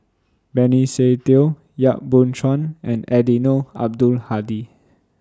Benny Se Teo Yap Boon Chuan and Eddino Abdul Hadi